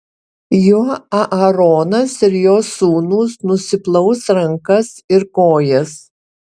juo aaronas ir jo sūnūs nusiplaus rankas ir kojas